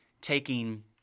taking